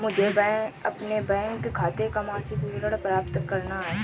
मुझे अपने बैंक खाते का मासिक विवरण प्राप्त करना है?